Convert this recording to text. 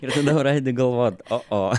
ir tada pradedi galvot o o